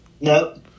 No